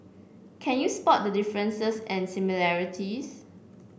can you spot the differences and similarities